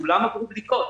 כולם עברו בדיקות.